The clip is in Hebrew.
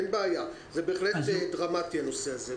אין בעיה, הנושא הזה דרמטי.